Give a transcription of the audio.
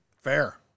Fair